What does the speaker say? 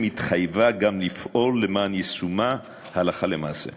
התחייבה גם לפעול למען יישומה הלכה למעשה.